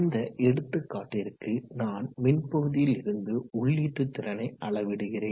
இந்த எடுத்துக்காட்டிற்கு நான் மின் பகுதியில் இருந்து உள்ளீட்டு திறனை அளவிடுகிறேன்